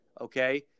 okay